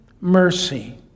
mercy